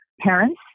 parents